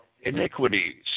iniquities